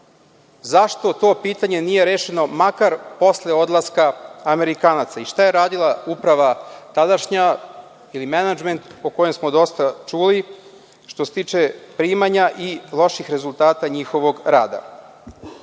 zašto to pitanje nije rešeno makar posle odlaska Amerikanaca i šta je radila uprava tadašnja ili menadžment o kome smo dosta čuli, što se tiče primanja i loših rezultata njihovog